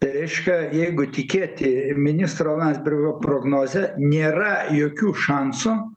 tai reiškia jeigu tikėti ministro landsbergio prognoze nėra jokių šansų